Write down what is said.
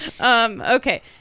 Okay